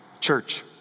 Church